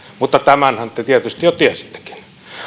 mutta tämänhän te tietysti jo tiesittekin